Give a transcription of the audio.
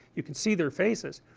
you can see their faces